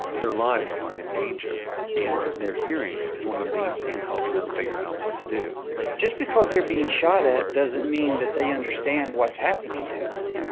their lives are in danger and their hearing is one of the main things helping them figure out what to do just because they're being shot at doesn't mean that they understand what's happening to them.